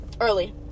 early